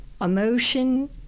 Emotion